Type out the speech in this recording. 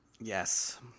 Yes